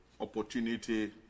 opportunity